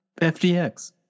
FDX